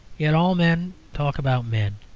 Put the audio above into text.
yet all men talk about men,